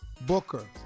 Booker